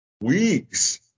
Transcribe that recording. weeks